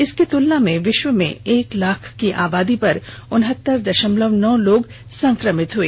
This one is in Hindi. इसकी तुलना में विश्व में एक लाख की आबादी पर उनहत्तर दशमलव नौ लोग संक्रमित हुए